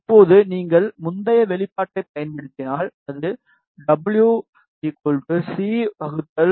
இப்போது நீங்கள் முந்தைய வெளிப்பாட்டைப் பயன்படுத்தினால் அது Wc2f0r2